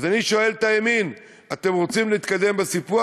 אז אני שואל את הימין: אתם רוצים להתקדם בסיפוח?